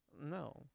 No